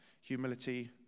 humility